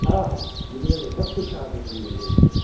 हा हा मिली वेंदो सभु कुझु तव्हांखे मिली वेंदो हुते